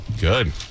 Good